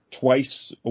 Twice